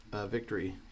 victory